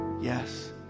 yes